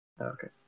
Okay